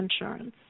insurance